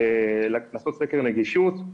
לעשות סקר נגישת.